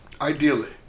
Ideally